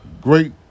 Great